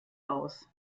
aus